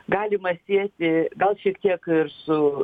galima sieti gal šiek tiek ir su